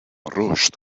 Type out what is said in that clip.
رشد